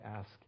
ask